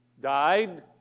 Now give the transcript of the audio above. died